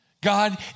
God